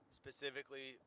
specifically